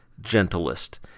gentlest